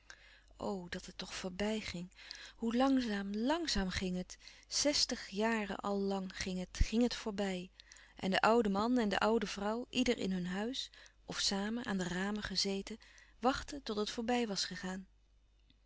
dat het toch voorbij ging hoe langzaam langzaam ging het zèstig jaren al lang ging het ging het voorbij en de oude man en de oude vrouw ieder in hun huis of samen aan de ramen gezeten wachtten tot het voorbij was gegaan